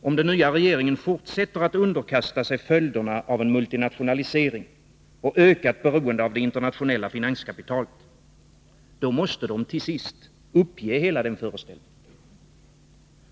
Om den nya regeringen fortsätter att underkasta sig följderna av en multinationalisering och ökat beroende av det internationella finanskapitalet, måste de till sist uppge hela den föreställningen.